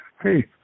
Hey